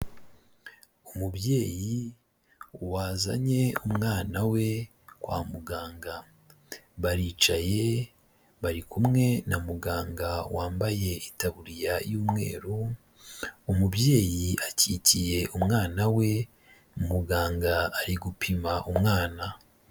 Umubyeyi wazanye umwana we kwa muganga baricaye bari kumwe na muganga wambaye itaburiya y'umweru umubyeyi akikiye umwana we muganga ari gupima umwana.